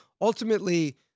ultimately